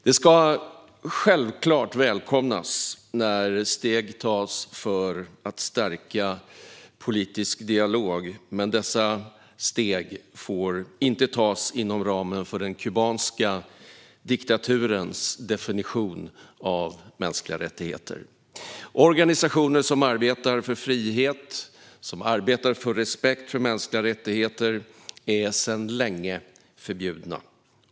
Det ska självklart välkomnas när steg tas för att stärka politisk dialog, men dessa steg får inte tas inom ramen för den kubanska diktaturens definition av mänskliga rättigheter. Organisationer som arbetar för frihet och respekt för mänskliga rättigheter är sedan länge förbjudna.